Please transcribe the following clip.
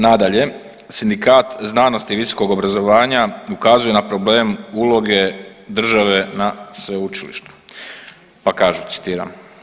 Nadalje, sindikat znanosti i visokog obrazovanja ukazuje na problem uloge države na sveučilištu, pa kažu citiram.